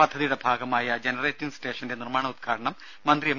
പദ്ധതിയുടെ ഭാഗമായ ജനറേറ്റിംഗ് സ്റ്റേഷന്റെ നിർമ്മാണോദ്ഘാടനം മന്ത്രി എം